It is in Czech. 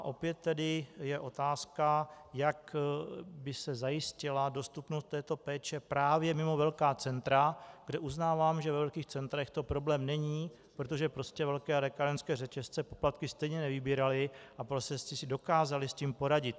Opět je otázka, jak by se zajistila dostupnost této péče právě mimo velká centra, kde, uznávám, ve velkých centrech to problém není, protože prostě velké lékárenské řetězce poplatky stejně nevybíraly a prostě si s tím dokázaly poradit.